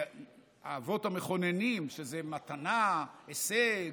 האבות המכוננים, שזה מתנה, הישג,